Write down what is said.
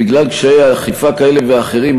בגלל קשיי אכיפה כאלה ואחרים,